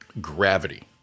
gravity